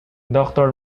doctor